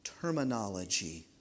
terminology